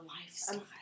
lifestyle